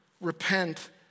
repent